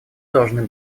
должны